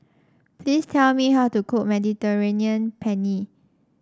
please tell me how to cook Mediterranean Penne